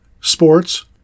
sports